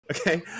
Okay